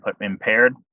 impaired